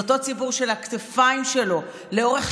זה אותו ציבור שעל הכתפיים שלו לאורך